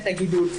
את הגידול.